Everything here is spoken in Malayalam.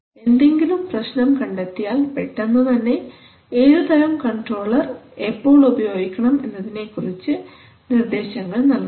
എന്തെങ്കിലും പ്രശ്നം കണ്ടെത്തിയാൽ പെട്ടെന്നുതന്നെ ഏതുതരം കൺട്രോളർ എപ്പോൾ ഉപയോഗിക്കണം എന്നതിനെക്കുറിച്ച് നിർദ്ദേശങ്ങൾ നൽകുന്നു